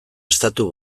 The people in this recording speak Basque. estatu